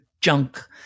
junk